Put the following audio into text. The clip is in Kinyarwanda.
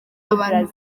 abantu